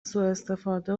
سواستفاده